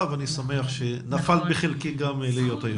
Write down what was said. ואני שמח שנפל בחלקי גם להיות היו"ר.